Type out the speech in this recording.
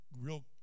real